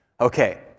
Okay